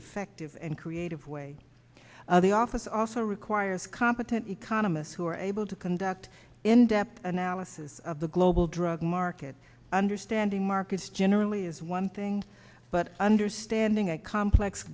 effective and creative way the office also requires competent economists who are able to conduct in depth analysis of the global drug market understanding markets generally is one thing but understanding a complex